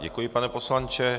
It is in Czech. Děkuji, pane poslanče.